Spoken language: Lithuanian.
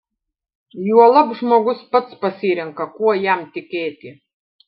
juolab žmogus pats pasirenka kuo jam tikėti